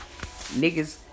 Niggas